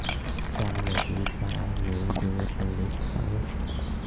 क्या मैं एक बार में दो ऋण ले सकता हूँ?